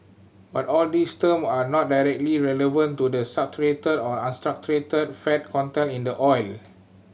but all these term are not directly relevant to the saturated or unsaturated fat content in the oil